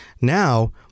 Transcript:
now